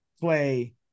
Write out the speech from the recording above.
play